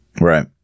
Right